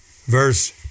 verse